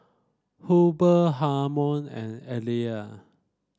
Hubert Harmon and Ellie